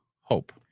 hope